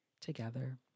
together